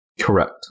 Correct